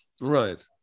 Right